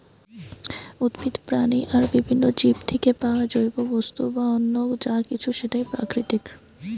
উদ্ভিদ, প্রাণী আর বিভিন্ন জীব থিকে পায়া জৈব বস্তু বা অন্য যা কিছু সেটাই প্রাকৃতিক